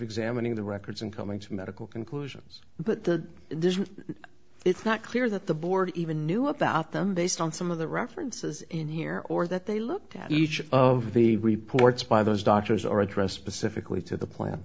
examining the records and coming to medical conclusions but the it's not clear that the board even knew about them based on some of the references in here or that they looked at each of the reports by those doctors or addressed specifically to the p